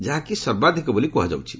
ଯାହାକି ସର୍ବାଧିକ ବୋଲି କୁହାଯାଉଛି